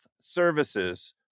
Services